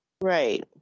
Right